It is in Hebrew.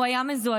הוא היה מזועזע.